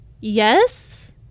Yes